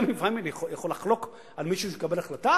גם אם לפעמים אני יכול לחלוק על מישהו שקיבל החלטה,